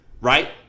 Right